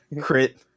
crit